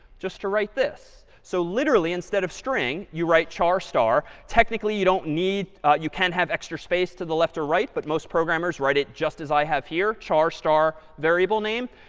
just to write this. so literally instead of string, you write char star. technically, you don't need you can have extra space to the left or right. but most programmers write it just as i have here, char star variable name.